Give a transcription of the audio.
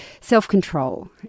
self-control